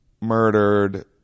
murdered